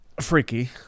freaky